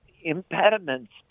impediments